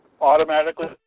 automatically